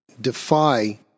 defy